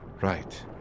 right